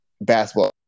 basketball